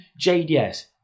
JDS